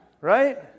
Right